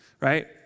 right